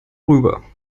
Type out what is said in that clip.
rüber